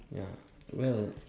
ya well